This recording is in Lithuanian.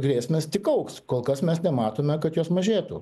grėsmės tik augs kol kas mes nematome kad jos mažėtų